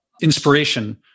inspiration